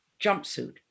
jumpsuit